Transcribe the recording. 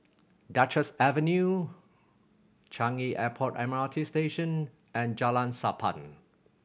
Duchess Avenue Changi Airport M R T Station and Jalan Sappan